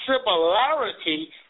similarity